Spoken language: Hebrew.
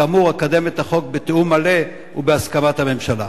כאמור, אקדם את החוק בתיאום מלא ובהסכמת הממשלה.